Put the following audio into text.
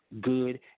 good